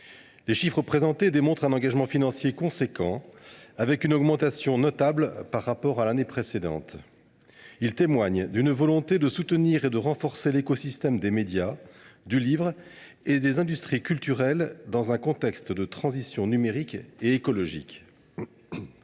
Les chiffres présentés démontrent un engagement financier important, en augmentation notable par rapport à l’année précédente. Ils témoignent d’une volonté de soutenir et de renforcer l’écosystème des médias, du livre et des industries culturelles dans un contexte de transition numérique et écologique.